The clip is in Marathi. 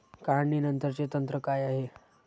काढणीनंतरचे तंत्र काय आहे?